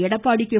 Edappadi K